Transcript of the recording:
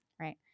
Right